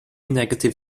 negative